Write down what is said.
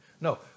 No